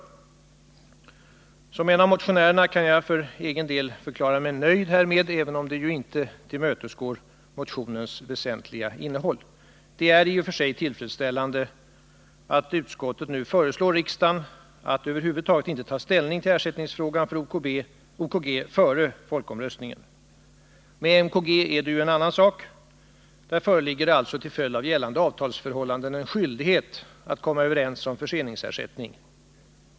Som en av motionärerna kan jag för egen del förklara mig nöjd härmed, även omedet ju inte tillmötesgår motionens väsentliga krav. Det är i och för sig tillfredsställande att utskottet nu föreslår riksdagen att över huvud taget inte ta ställning till ersättningsfrågan för OKG före folkomröstningen. Med MKG är det ju en annan sak. Här föreligger alltså till följd av det gällande avtalsförhållandet en skyldighet att komma överens om förseningsersättning.